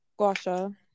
guasha